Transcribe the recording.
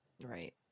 Right